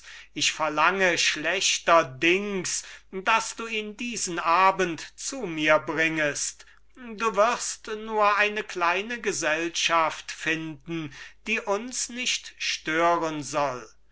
ich verlange schlechterdings daß du ihn diesen abend zu mir bringest du wirst nur eine kleine gesellschaft finden die uns nicht hindern soll